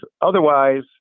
otherwise